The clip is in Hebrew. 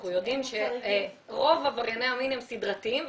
אנחנו יודעים שרוב עברייני המין הם סדרתיים.